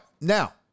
now